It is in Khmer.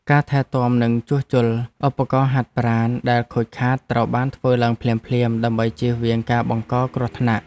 ការថែទាំនិងជួសជុលឧបករណ៍ហាត់ប្រាណដែលខូចខាតត្រូវបានធ្វើឡើងភ្លាមៗដើម្បីជៀសវាងការបង្កគ្រោះថ្នាក់។